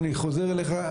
אני חוזר אליך,